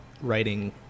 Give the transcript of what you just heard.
writing